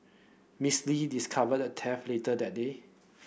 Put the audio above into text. Miss Lee discovered the theft later that day